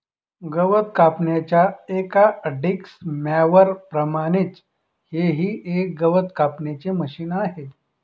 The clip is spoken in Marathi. गवत कापण्याच्या एका डिक्स मॉवर प्रमाणेच हे ही एक गवत कापण्याचे मशिन आहे